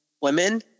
women